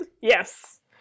Yes